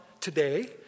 today